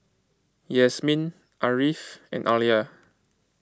Yasmin Ariff and Alya